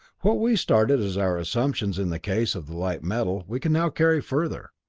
what we started as our assumptions in the case of the light-metal, we can now carry further.